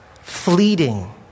fleeting